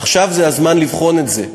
עכשיו זה הזמן לבחון את זה.